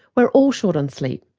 we're all short on sleep.